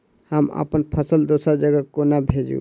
हम अप्पन फसल दोसर जगह कोना भेजू?